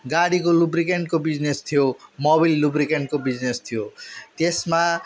गाडीको लुब्रिकेन्टको बिजनेस थियो मोबिल लुब्रिकेन्टको बिजनेस थियो त्यसमा